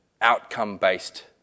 outcome-based